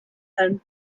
and